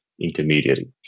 Intermediary